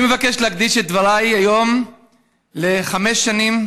אני מבקש להקדיש את דבריי היום לחמש שנים